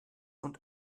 und